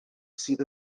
sydd